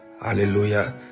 Hallelujah